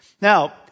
Now